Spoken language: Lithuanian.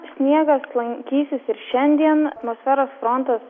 sniegas lankysis ir šiandien atmosferos frontas